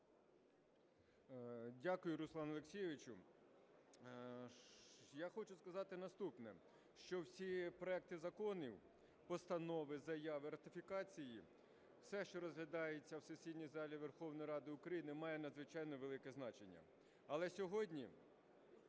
Дякую, Руслане Олексійовичу. Я хочу сказати наступне, що всі проекти законів, постанови, заяви, ратифікації, все, що розглядається в сесійній залі Верховної Ради України, має надзвичайно велике значення, але сьогодні